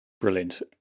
Brilliant